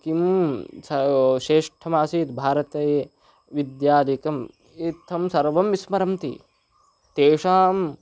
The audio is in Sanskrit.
किं स् श्रेष्ठमासीत् भारते विद्यादिकम् इत्थं सर्वं विस्मरन्ति तेषां